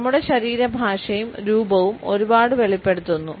നമ്മുടെ ശരീരഭാഷയും രൂപവും ഒരുപാട് വെളിപ്പെടുത്തുന്നു